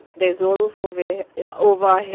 there's no roof over over our heads,